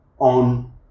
on